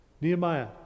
Nehemiah